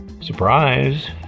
Surprise